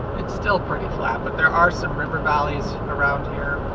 it's still pretty flat but there are some river valleys around here.